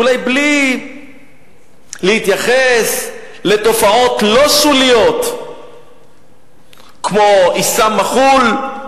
אולי בלי להתייחס לתופעות לא שוליות כמו עסאם מח'ול,